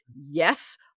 Yes